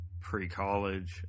pre-college